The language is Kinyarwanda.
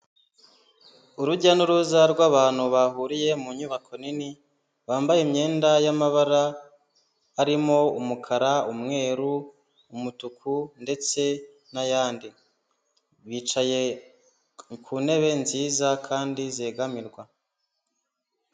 Urujya n'uruza rw'abantu bahuriye mu nyubako nini, bambaye imyenda y'amabara arimo umukara, umweru, umutuku ndetse n'ayandi bicaye ku ntebe nziza kandi zegamirwa.